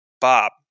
bob